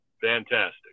Fantastic